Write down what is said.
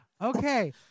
Okay